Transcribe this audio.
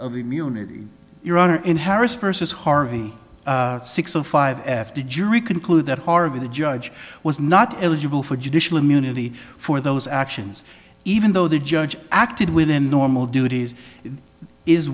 of immunity your honor in harris persis harvey six o five after a jury concluded that harvey the judge was not eligible for judicial immunity for those actions even though the judge acted within normal duties i